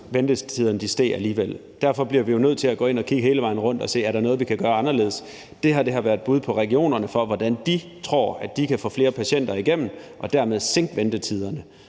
ventetiderne steg alligevel. Derfor bliver vi nødt til at kigge hele vejen rundt og se på, om der er noget, vi kan gøre anderledes. Det her har været et bud fra regionerne på, hvordan de tror at de kan få flere patienter igennem og dermed sænke ventetiderne.